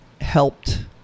helped